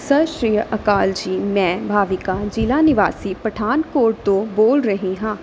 ਸਤਿ ਸ਼੍ਰੀ ਅਕਾਲ ਜੀ ਮੈਂ ਭਾਵਿਕਾ ਜ਼ਿਲ੍ਹਾ ਨਿਵਾਸੀ ਪਠਾਨਕੋਟ ਤੋਂ ਬੋਲ ਰਹੀ ਹਾਂ